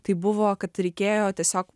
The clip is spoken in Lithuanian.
tai buvo kad reikėjo tiesiog